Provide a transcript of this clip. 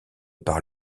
par